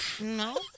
No